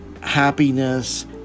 happiness